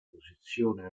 posizione